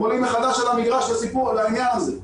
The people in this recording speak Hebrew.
הם עולים מחדש על המגרש לעניין הזה,